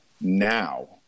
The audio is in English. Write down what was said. now